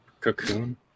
Cocoon